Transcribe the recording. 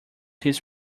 his